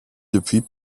depuis